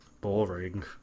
Boring